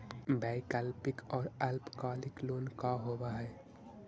वैकल्पिक और अल्पकालिक लोन का होव हइ?